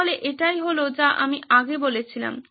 তাহলে এটাই হলো যা আমি আগে বলছিলাম